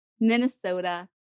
Minnesota